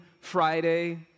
Friday